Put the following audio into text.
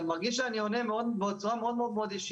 גם מרגיש שאני עונה בצורה מאוד ישירה,